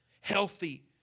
healthy